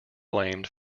blamed